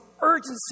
urgency